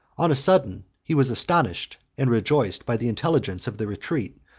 on a sudden, he was astonished and rejoiced by the intelligence of the retreat,